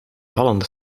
vallende